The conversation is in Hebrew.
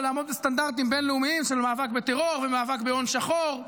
ולעמוד בסטנדרטים בין-לאומיים של מאבק בטרור ומאבק בהון שחור,